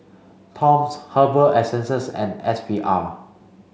Toms Herbal Essences and S V R